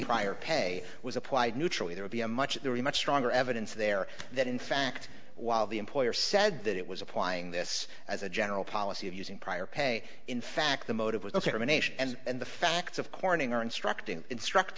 prior pay was applied neutral it would be a much much stronger evidence there that in fact while the employer said that it was applying this as a general policy of using prior pay in fact the motive was ok for a nation and the facts of corning are instructing instruct